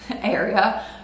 area